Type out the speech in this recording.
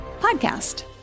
podcast